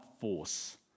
force